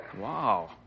Wow